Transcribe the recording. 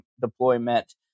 deployment